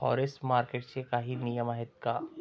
Forex मार्केटचे काही नियम आहेत का?